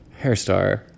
Hairstar